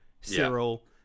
Cyril